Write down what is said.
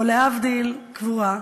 או להבדיל, קבורה,